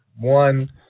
one